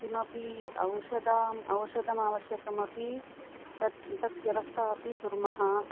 किमपि औषधाम् औषधम् आवश्यकमपि तद् तद्व्यवस्था अपि कुर्मः